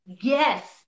Yes